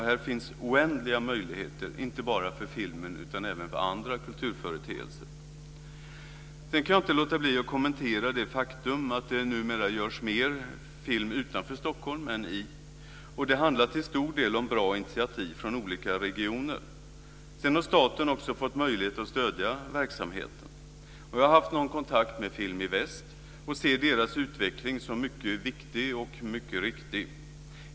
Här finns oändliga möjligheter inte bara för filmen utan även för andra kulturföreteelser. Sedan kan jag inte låta bli att kommentera det faktum att det numera görs mer film utanför än i Stockholm. Det handlar till stor del om bra initiativ från olika regioner. Sedan har staten också fått möjlighet att stödja verksamheten. Jag har haft någon kontakt med Film i Väst. Jag ser deras utveckling som mycket viktig och mycket riktig.